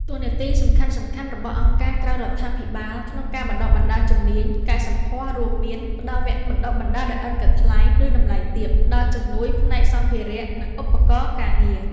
តួនាទីសំខាន់ៗរបស់អង្គការក្រៅរដ្ឋាភិបាលក្នុងការបណ្ដុះបណ្ដាលជំនាញកែសម្ផស្សរួមមាន ផ្តល់វគ្គបណ្តុះបណ្តាលដោយឥតគិតថ្លៃ ឬតម្លៃទាប ផ្តល់ជំនួយផ្នែកសម្ភារៈ និងឧបករណ៍ការងារ។